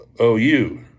OU